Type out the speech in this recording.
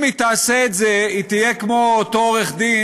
אם היא תעשה את זה היא תהיה כמו אותו עורך דין